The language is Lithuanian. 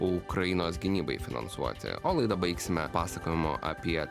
ukrainos gynybai finansuoti o laidą baigsime pasakojimu apie